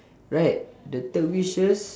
right the third wishes